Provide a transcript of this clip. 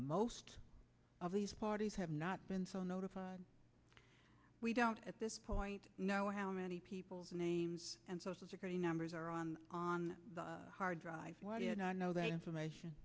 most of these parties have not been so notified we don't at this point know how many people's names and social security numbers are on on the hard drive why do you not know that information